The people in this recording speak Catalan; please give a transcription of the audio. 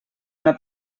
una